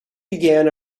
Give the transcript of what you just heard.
began